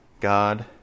God